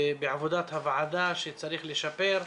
בעבודת הוועדה שצריך לשפר.